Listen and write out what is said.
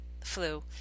flu